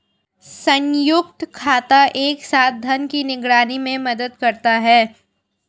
संयुक्त खाता एक साथ धन की निगरानी में मदद करता है